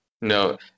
No